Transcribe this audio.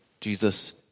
Jesus